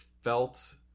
felt